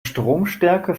stromstärke